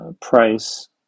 price